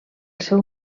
seu